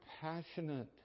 passionate